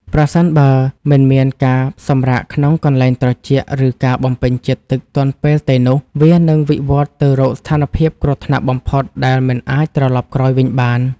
ប្រសិនបើមិនមានការសម្រាកក្នុងកន្លែងត្រជាក់ ឬការបំពេញជាតិទឹកទាន់ពេលទេនោះ វានឹងវិវត្តទៅរកស្ថានភាពគ្រោះថ្នាក់បំផុតដែលមិនអាចត្រឡប់ក្រោយវិញបាន។